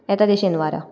येता ते शेनवारा